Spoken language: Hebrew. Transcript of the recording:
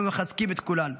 אנו מחזקים את כולנו.